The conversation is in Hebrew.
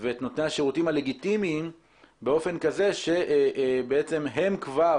ואת נותני השירותים הלגיטימיים באופן כזה שהם כבר,